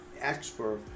expert